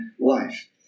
life